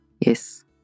yes